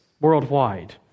worldwide